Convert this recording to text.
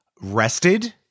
rested